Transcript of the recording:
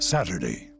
Saturday